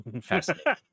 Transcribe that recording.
Fascinating